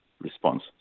response